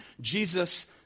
Jesus